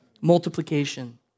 Multiplication